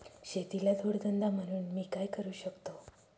शेतीला जोड धंदा म्हणून मी काय करु शकतो?